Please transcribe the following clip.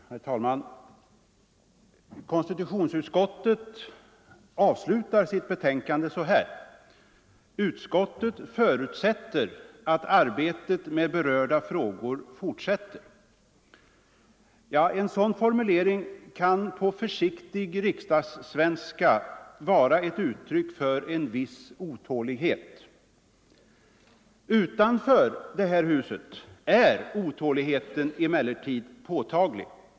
Herr talman! Konstitutionsutskottet avslutar sitt betänkande så här: ”Utskottet förutsätter -—-—- att arbetet med berörda frågor fortsätter ---.” En sådan formulering kan på försiktig riksdagssvenska vara ett uttryck för en viss otålighet. Utanför detta hus är otåligheten emellertid påtaglig.